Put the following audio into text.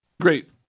great